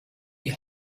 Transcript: die